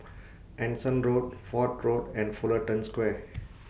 Anson Road Fort Road and Fullerton Square